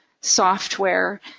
software